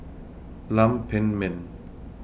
Lam Pin Min